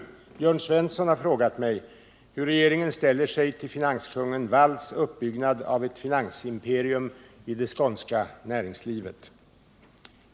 Jörn Svensson har frågat mig hur regeringen ställer sig till finanskungen Walls uppbyggnad av ett finansimperium i det skånska näringslivet.